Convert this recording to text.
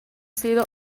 sido